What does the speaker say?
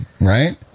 right